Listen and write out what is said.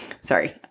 sorry